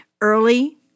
early